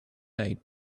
made